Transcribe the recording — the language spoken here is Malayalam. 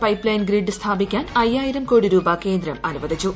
പൈപ്പ് ലൈൻ ഗ്രിഡ് സ്ഥാപിക്കാൻ അയ്യായിരം കോടി രൂപ കേന്ദ്രം അനുവദിച്ചു